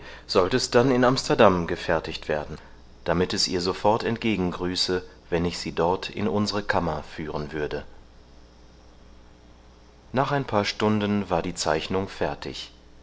sollt es dann in amsterdam gefertigt werden damit es ihr sofort entgegen grüße wann ich sie dort in unsre kammer führen würde nach ein paar stunden war die zeichnung fertig